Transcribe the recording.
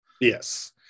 Yes